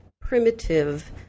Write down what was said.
primitive